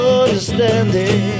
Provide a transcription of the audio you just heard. understanding